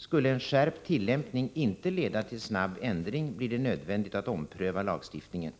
Skulle en skärpt tillämpning inte leda till snabb ändring, blir det nödvändigt att ompröva lagstiftningen.